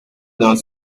dans